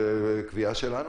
זו קביעה שלנו.